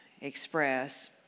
express